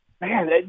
Man